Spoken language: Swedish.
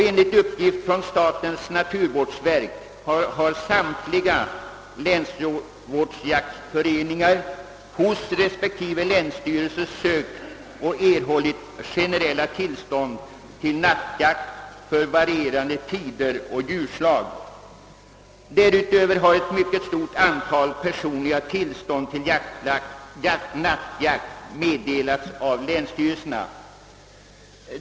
Enligt uppgift från statens naturvårdsverk har samtliga läns jaktvårdsföreningar hos respektive läns styrelser sökt och erhållit generella tillstånd till nattjakt för varierande tider och djurslag. Därutöver har ett mycket stort antal personliga tillstånd till nattjakt meddelats av länsstyrelserna.